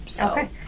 Okay